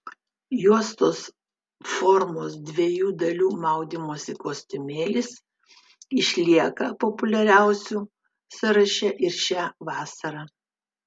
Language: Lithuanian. juostos formos dviejų dalių maudymosi kostiumėlis išlieka populiariausių sąraše ir šią vasarą